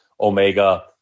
Omega